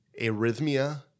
arrhythmia